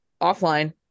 offline